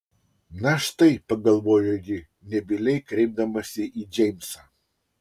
na štai pagalvojo ji nebyliai kreipdamasi į džeimsą